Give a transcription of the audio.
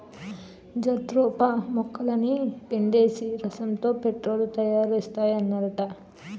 jatropha మొక్కలని పిండేసి రసంతో పెట్రోలు తయారుసేత్తన్నారట